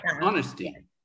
honesty